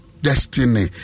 Destiny